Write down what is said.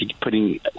putting